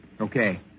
Okay